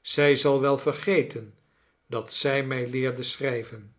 zij zal wel vergeten dat zij mij leerde schrijven